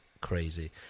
crazy